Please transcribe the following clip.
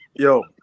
Yo